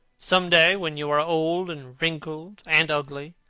some day, when you are old and wrinkled and ugly,